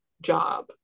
job